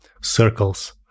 circles